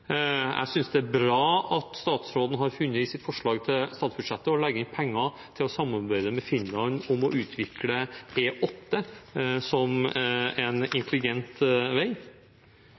Jeg synes det er bra at statsråden i sitt forslag til statsbudsjett har funnet å kunne legge inn penger til å samarbeide med Finland om å utvikle E8 som en intelligent vei.